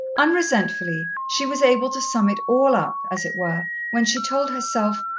unresentfully, she was able to sum it all up, as it were, when she told herself,